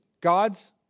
God's